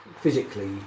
physically